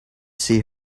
see